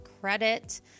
credit